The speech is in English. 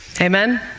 Amen